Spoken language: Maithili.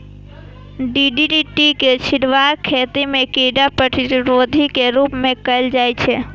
डी.डी.टी के छिड़काव खेती मे कीड़ा प्रतिरोधी के रूप मे कैल जाइ छै